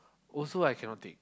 also I cannot take